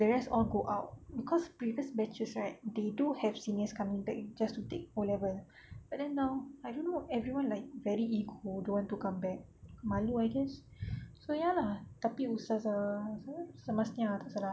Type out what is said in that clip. the rest all go out cause previous batches right they do have seniors coming back just to take O level but then now I don't know everyone like very ego don't want to come back malu I guess so ya lah tapi ustazah siapa masniah tak salah